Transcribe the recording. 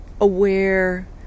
aware